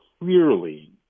clearly